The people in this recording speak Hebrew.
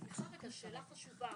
שאלה חשובה.